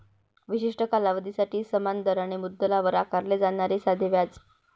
विशिष्ट कालावधीसाठी समान दराने मुद्दलावर आकारले जाणारे साधे व्याज